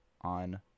on